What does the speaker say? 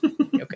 okay